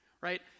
right